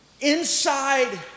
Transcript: Inside